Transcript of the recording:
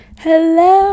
Hello